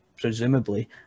presumably